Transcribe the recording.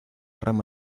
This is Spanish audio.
rama